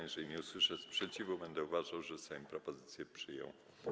Jeżeli nie usłyszę sprzeciwu, będę uważał, że Sejm propozycję przyjął.